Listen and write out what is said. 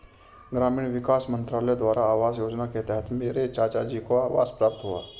ग्रामीण विकास मंत्रालय द्वारा आवास योजना के तहत मेरे चाचाजी को आवास प्राप्त हुआ